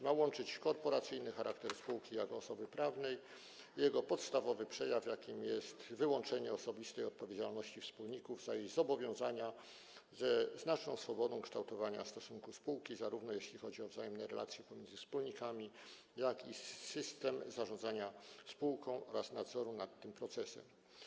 Ma łączyć korporacyjny charakter spółki jako osoby prawnej i jego podstawowy przejaw, jakim jest wyłączenie osobistej odpowiedzialności wspólników za jej zobowiązania, ze znaczną swobodą kształtowania stosunków spółki, jeśli chodzi zarówno o wzajemne relacje pomiędzy wspólnikami, jak i o system zarządzania spółką oraz nadzór nad tym procesem.